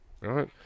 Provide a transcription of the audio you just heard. Right